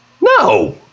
No